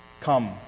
Come